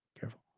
Careful